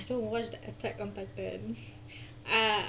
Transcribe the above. so what's the attack on titan ah